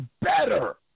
better